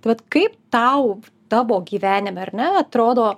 tai vat kaip tau tavo gyvenime ar ne atrodo